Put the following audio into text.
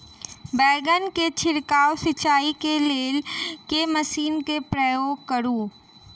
बैंगन केँ छिड़काव सिचाई केँ लेल केँ मशीन केँ प्रयोग करू?